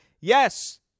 Yes